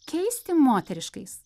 keisti moteriškais